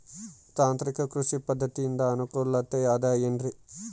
ತಾಂತ್ರಿಕ ಕೃಷಿ ಪದ್ಧತಿಯಿಂದ ಅನುಕೂಲತೆ ಅದ ಏನ್ರಿ?